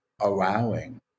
allowing